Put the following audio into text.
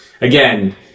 again